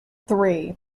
three